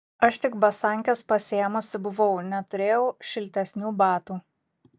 aš tik basankes pasiėmusi buvau neturėjau šiltesnių batų